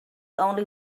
only